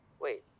Wait